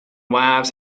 wives